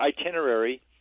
itinerary